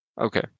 okay